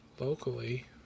Locally